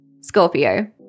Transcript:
Scorpio